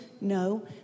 No